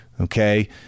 Okay